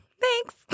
thanks